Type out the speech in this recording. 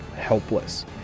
helpless